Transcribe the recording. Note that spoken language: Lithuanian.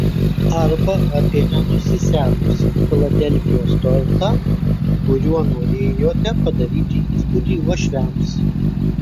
arba apie nenusisekusį filadelfijos tortą kuriuo norėjote padaryti įspūdį uošviams